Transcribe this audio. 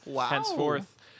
henceforth